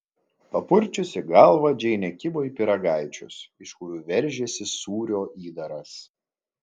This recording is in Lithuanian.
papurčiusi galvą džeinė kibo į pyragaičius iš kurių veržėsi sūrio įdaras